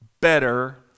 better